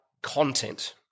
content